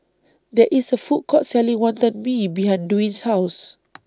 There IS A Food Court Selling Wonton Mee behind Dwane's House